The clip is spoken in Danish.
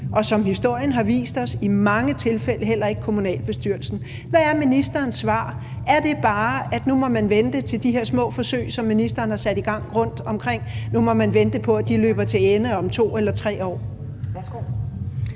og som historien har vist os i mange tilfælde heller ikke af kommunalbestyrelsen. Hvad er ministerens svar? Er det bare, at nu må man vente på, at de her små forsøg, som ministeren har sat i gang rundtomkring, løber til ende om 2 eller 3 år?